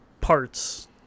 parts